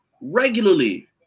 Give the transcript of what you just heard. regularly